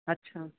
ਅੱਛਾ